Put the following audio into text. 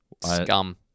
Scum